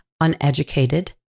uneducated